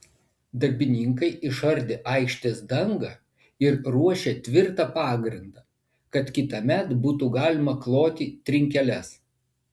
darbininkai išardė aikštės dangą ir ruošią tvirtą pagrindą kad kitąmet būtų galima kloti trinkeles